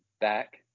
back